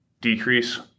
decrease